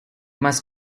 must